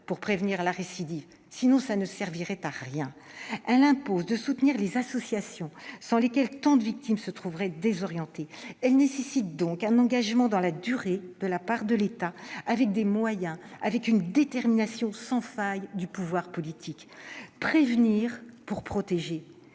pour prévenir la récidive ; sinon, cela ne servirait à rien. Elle impose de soutenir les associations, sans lesquelles tant de victimes se trouveraient désorientées. Elle nécessite donc un engagement dans la durée de la part de l'État, avec des moyens et une détermination sans faille du pouvoir politique. Prévenir pour protéger